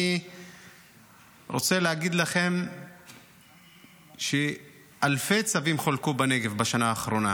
אני רוצה להגיד לכם שאלפי צווים חולקו בנגב בשנה האחרונה